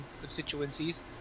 constituencies